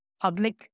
public